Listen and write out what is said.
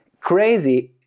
crazy